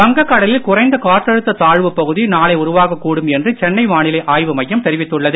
வங்க கடலில் குறைந்த காற்றழுத்த தாழ்வுப் பகுதி நாளை உருவாகக் கூடும் என்று சென்னை வானிலை ஆய்வு மையம் தெரிவித்துள்ளது